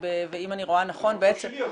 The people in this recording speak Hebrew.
ואם אני רואה נכון ------ אבל כן.